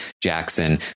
jackson